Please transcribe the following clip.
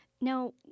Now